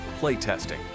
playtesting